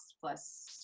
plus